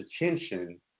attention